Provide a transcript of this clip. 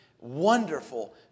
wonderful